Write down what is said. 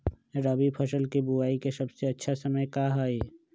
रबी फसल के बुआई के सबसे अच्छा समय का हई?